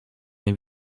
nie